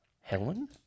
Helen